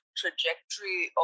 trajectory